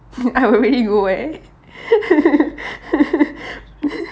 I will really go eh